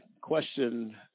question